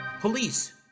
police